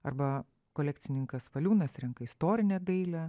arba kolekcininkas valiūnas renka istorinę dailę